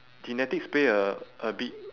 genetics play a a big